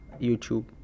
YouTube